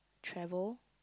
travel